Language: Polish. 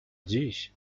dziś